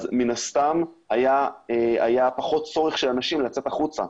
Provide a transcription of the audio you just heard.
מן הסתם היה פחות של צורך של אנשים לצאת החוצה.